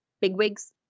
bigwigs